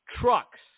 trucks